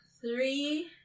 three